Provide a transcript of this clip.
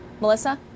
Melissa